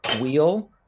wheel